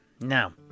Now